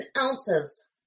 ounces